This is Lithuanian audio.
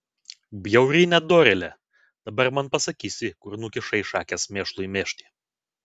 bjauri nedorėle dabar man pasakysi kur nukišai šakes mėšlui mėžti